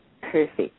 Perfect